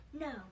No